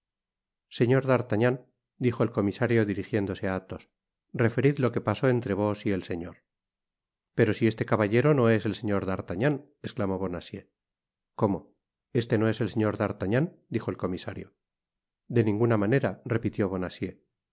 señor d'artagnan dijo el comisario dirigiéndose á athos referid lo que pasó entre vos y el señor pero si este caballero no es el señor d'artagnan esclamó bonacieux cómo este no es el señor d'artagnan dijo el comisario de ninguna manera repitió